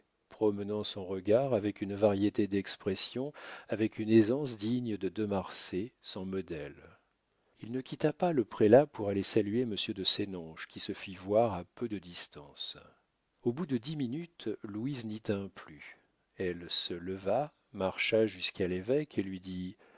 promenant son regard avec une variété d'expression avec une aisance digne de de marsay son modèle il ne quitta pas le prélat pour aller saluer monsieur de sénonches qui se fit voir à peu de distance au bout de dix minutes louise n'y tint plus elle se leva marcha jusqu'à l'évêque et lui dit